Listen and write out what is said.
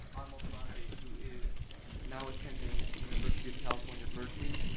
um omal prande, who is now attending at university of california, berkeley,